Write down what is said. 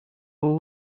all